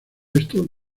esto